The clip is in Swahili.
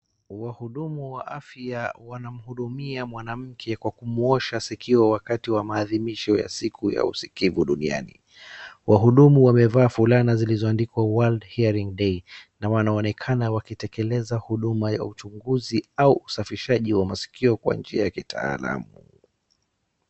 Wahudumu wa afya wanamhudumia mwamnamke kaa kumuosha sikio wakati wa maadhimisho ya siku ya usikivu duniani. Wahudumu wamevaa fulana zilizoandikwa World Heraing Day na wanaonekana wakitekeleza huduma ya uchunguzi au usafishaji wa maskio kwa njia ya kitaalamu.